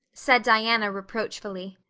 said diana reproachfully.